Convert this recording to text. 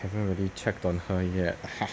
haven't really checked on her yet ah ha